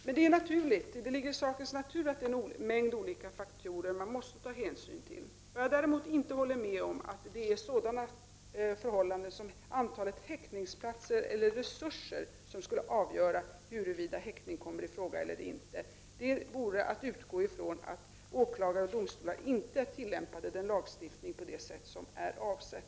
Men det ligger i sakens natur att det är en mängd olika faktorer som man måste ta hänsyn till. Något jag däremot inte håller med om är att det är sådana förhållanden som antalet häktningsplatser eller resurser av andra slag som skulle avgöra huruvida häktning kommer i fråga eller inte. Det vore att utgå från att åklagare och domstolar inte tillämpar lagstiftningen på det sätt som är avsett.